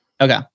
Okay